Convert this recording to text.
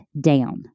down